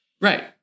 Right